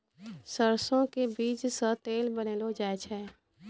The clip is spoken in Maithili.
सरसों के बीज सॅ तेल बनैलो जाय छै